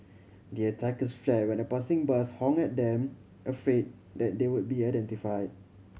the attackers fled when a passing bus honked at them afraid that they would be identify